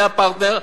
מי הפרטנר,